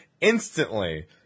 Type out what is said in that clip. Instantly